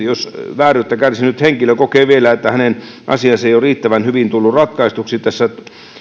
jos vääryyttä kärsinyt henkilö kokee vielä että hänen asiansa ei ole riittävän hyvin tullut ratkaistuksi tässä